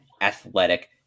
athletic